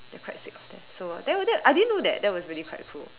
they're quite sick of that so I never did I didn't know that that was really quite cruel